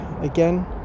again